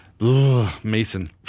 Mason